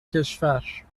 کشور